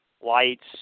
lights